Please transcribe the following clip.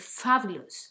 fabulous